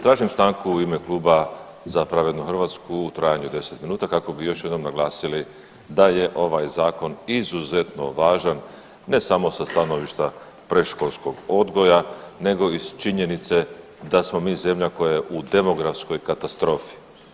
Tražim stanku u ime Kluba Za pravednu Hrvatsku u trajanju od 10 minuta kako bi još jednom naglasili da je ovaj zakon izuzetno važan ne samo sa stanovišta predškolskog odgoja nego i s činjenice da smo mi zemlja koja je u demografskoj katastrofi.